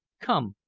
come,